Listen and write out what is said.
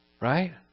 Right